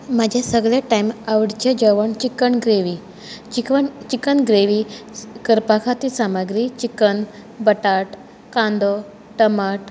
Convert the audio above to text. म्हाजें सगळें टायम आवडिचें जेवण चिकन ग्रेवी चिकन ग्रेवी करपा खातीर सामुग्री चिकन बटाट कांदो टमाट